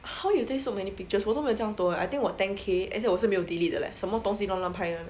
how you take so many pictures 我都没有这样多 eh I think about ten K as in 我是没有 delete 的 leh 什么东西都乱拍 [one]